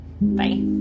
Bye